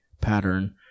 pattern